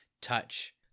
touch